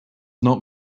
not